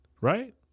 right